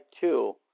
two